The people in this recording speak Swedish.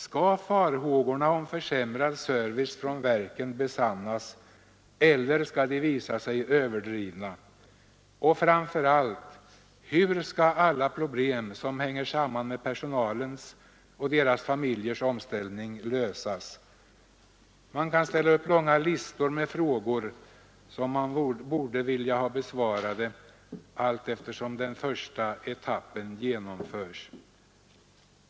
Skall farhågorna om försämrad service från verken besannas eller skall de visa sig överdrivna? Och framför allt, hur skall alla problem som hänger samman med personalens och deras familjers omställningar lösas? Man kan ställa upp långa listor med frågor som man borde ha besvarade allteftersom den första etappen genom förs.